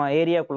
area